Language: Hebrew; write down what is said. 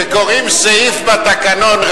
כשקוראים סעיף בתקנון,